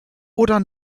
oder